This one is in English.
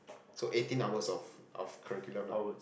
so eighteen hours of of curriculum lah